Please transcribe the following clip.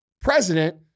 president